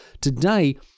today